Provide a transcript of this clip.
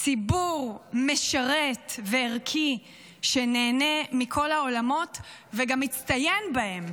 ציבור משרת וערכי שנהנה מכל העולמות וגם מצטיין בהם,